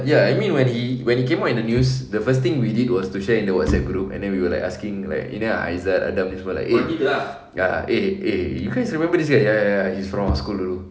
ya I mean when he when it came out in the news the first thing we did was to share in the WhatsApp group and then we were like asking like ini aizat adam ni semua like eh ya eh eh you guys remember this guy ya ya ya he's from our school dulu